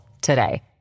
today